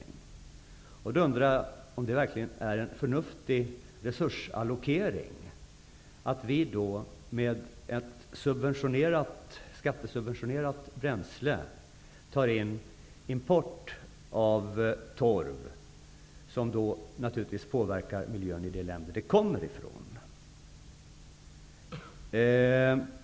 Jag undrar om det verkligen är en förnuftig resursallokering att vi importerar torv ett skattesubventionerat bränsle, som naturligtvis påverkar miljön i de länder det kommer ifrån.